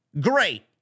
Great